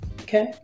Okay